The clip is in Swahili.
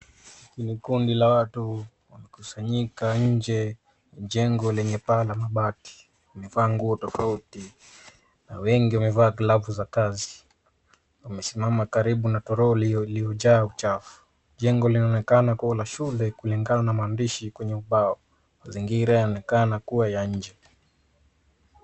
Ni kundi la watu waliokusanyika nje ya jengo lenye paa la mabati. Wamevaa nguo tofauti na wengi wamevaa glavu za kazi. Wamesimama karibu na toroli iliyojaa uchafu. Jengo linaonekana kuwa la shule kulingana na maandishi kwenye ubao. Mazingira yanaonekana kuwa ya nje.